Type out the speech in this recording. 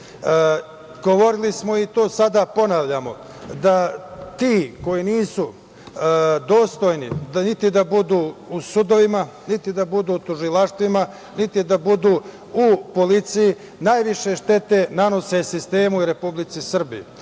policije. Govorili smo, i to sada ponavljamo da su ti nisu dostojni niti da budu u sudovima, niti da budu u tužilaštvima, niti da budu u policiji. Najviše štete nanose sistemu Republici Srbiji.